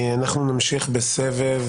אנחנו נמשיך בסבב